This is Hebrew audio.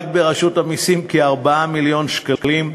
רק ברשות המסים כ-4 מיליון שקלים.